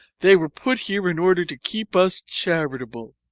they were put here in order to keep us charitable